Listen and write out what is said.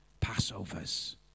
Passovers